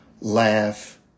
laugh